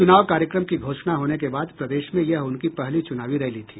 चुनाव कार्यक्रम की घोषणा होने के बाद प्रदेश में यह उनकी पहली चुनावी रैली थी